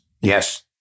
Yes